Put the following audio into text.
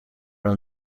dan